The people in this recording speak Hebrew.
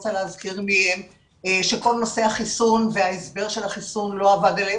רוצה להזכיר מי הם שכל נושא החיסון לא עבד עליהם,